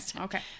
Okay